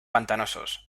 pantanosos